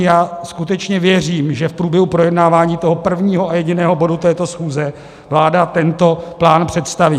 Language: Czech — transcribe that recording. Já skutečně věřím, že v průběhu projednávání prvního a jediného bodu této schůze vláda tento plán představí.